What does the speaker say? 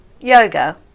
yoga